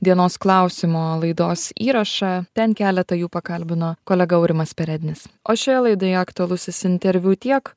dienos klausimo laidos įrašą ten keletą jų pakalbino kolega aurimas perednis o šioje laidoje aktualusis interviu tiek